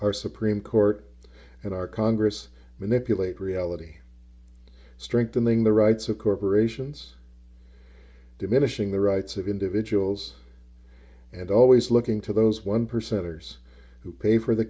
lies are supreme court and our congress manipulate reality strengthening the rights of corporations diminishing the rights of individuals and always looking to those one percenters who pay for the